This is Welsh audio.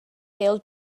bêl